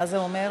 מה זה אומר?